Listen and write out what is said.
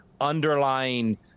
underlying –